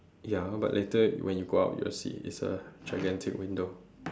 ya but later when you go out you'll see it's a gigantic window